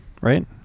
right